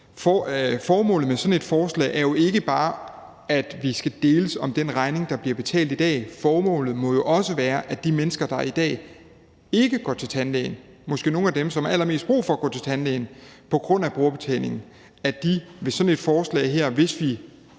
formålet med sådan et forslag naturligvis ikke bare, at vi skal deles om den regning, der bliver betalt i dag; formålet må jo også være, at de mennesker, der i dag ikke går til tandlægen på grund af brugerbetalingen – måske nogle af dem, som har allermest brug for at gå til tandlægen – ved sådan et forslag her, hvis vi